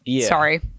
Sorry